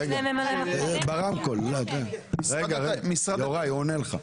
יוראי, הוא עונה לך.